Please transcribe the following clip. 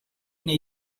nei